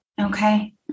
Okay